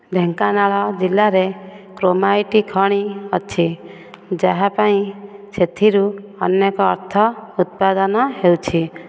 ଢେଙ୍କାନାଳ ଜିଲ୍ଲାରେ କ୍ରୋମାଇଟ୍ ଖଣି ଅଛି ଯାହାପାଇଁ ସେଥିରୁ ଅନେକ ଅର୍ଥ ଉତ୍ପାଦନ ହେଉଛି